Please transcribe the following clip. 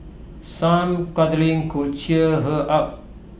some cuddling could cheer her up